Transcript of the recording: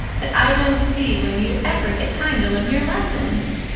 but i don't see when you ever get time to learn your lessons.